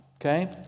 Okay